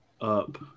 up